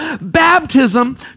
baptism